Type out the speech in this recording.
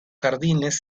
jardines